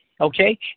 okay